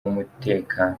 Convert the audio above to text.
n’umutekano